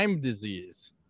disease